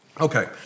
Okay